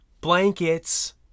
blankets